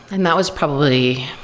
and that was probably,